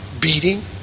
beating